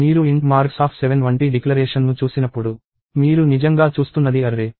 మీరు Int marks7 వంటి డిక్లరేషన్ను చూసినప్పుడు మీరు నిజంగా చూస్తున్నది అర్రే